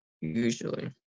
Usually